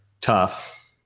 tough